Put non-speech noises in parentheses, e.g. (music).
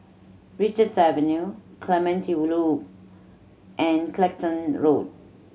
Richards Avenue Clementi (unintelligible) Loop and Clacton Road